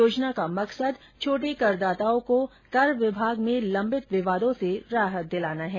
योजना का मकसद छोटे करदाताओं को कर विभाग में लम्बित विवादों से राहत दिलाना है